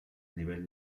nivel